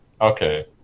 Okay